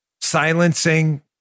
silencing